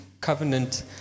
covenant